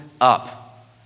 up